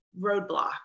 roadblock